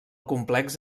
complex